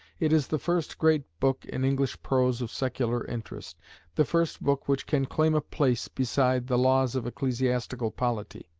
it is the first great book in english prose of secular interest the first book which can claim a place beside the laws of ecclesiastical polity.